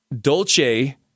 Dolce